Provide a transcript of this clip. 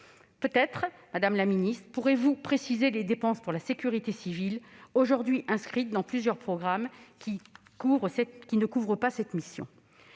d'euros. Madame la ministre, pourrez-vous préciser les dépenses pour la sécurité civile aujourd'hui inscrites dans plusieurs programmes qui n'entrent pas dans cette mission